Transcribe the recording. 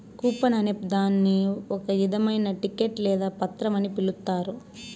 coupon అనే దాన్ని ఒక ఇధమైన టికెట్ లేదా పత్రం అని పిలుత్తారు